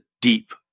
deep